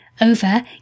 over